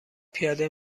پیاده